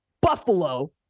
Buffalo